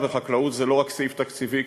וחקלאות זה לא רק סעיף תקציבי,